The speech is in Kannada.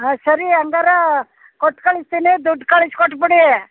ಹಾಂ ಸರಿ ಹೆಂಗಾರೂ ಕೊಟ್ಟು ಕಳಿಸ್ತೀನಿ ದುಡ್ಡು ಕಳ್ಸಿ ಕೊಟ್ಟು ಬಿಡಿ